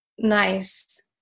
nice